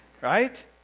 right